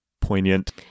poignant